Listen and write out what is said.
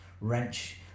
wrench